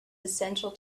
essential